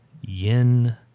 yin